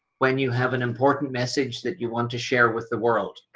when you have an important message, that you want to share with the world.